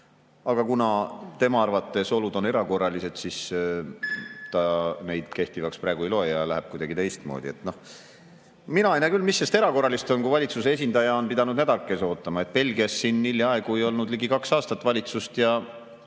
olud on tema arvates erakorralised, siis ta neid kehtivaks praegu ei loe ja läheb kuidagi teistmoodi. Mina ei näe küll, mis selles erakorralist on, kui valitsuse esindaja on pidanud nädalakese ootama. Belgias hiljaaegu ei olnud ligi kaks aastat valitsust ja